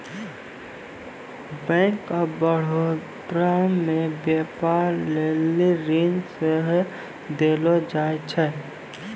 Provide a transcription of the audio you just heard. bank of Baroda मे व्यपार लेली ऋण सेहो देलो जाय छै